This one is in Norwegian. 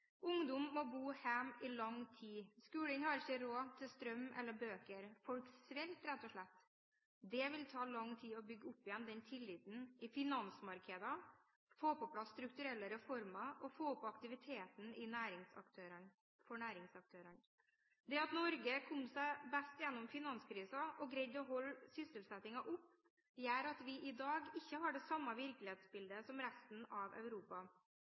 Ungdom må bo hjemme i lang tid, skolene har ikke råd til strøm eller bøker – folk sulter rett og slett. Det vil ta lang tid å bygge opp igjen tilliten i finansmarkedene, få på plass strukturelle reformer og få opp aktiviteten for næringsaktørene. Det at Norge kom seg best gjennom finanskrisen og greide å holde sysselsettingen oppe, gjør at vi i dag ikke har det samme virkelighetsbildet som resten av Europa.